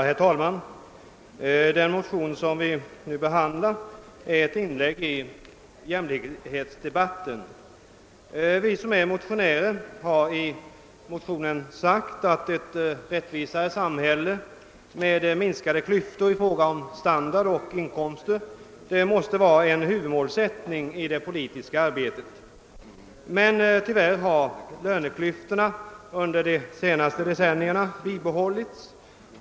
Herr talman! Den motion som vi nu behandlar är ett inlägg i jämlikhetsdebatten. Vi som är motionärer har i motionen sagt, att ett rättvisare samhälle med minskade klyftor i fråga om standard och inkomster måste vara en huvudmålsättning i det politiska arbetet. Tyvärr har löneklyftorna under de senaste decennierna bibehållits.